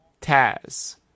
Taz